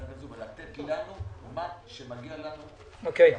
ולתת לנו מה שמגיע לנו לפי החוק.